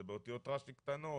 זה באותיות רש"י קטנות